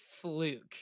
fluke